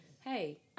hey